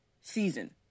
season